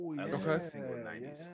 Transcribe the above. okay